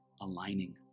aligning